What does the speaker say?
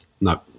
No